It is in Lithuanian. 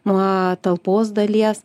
nuo talpos dalies